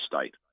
state